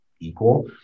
equal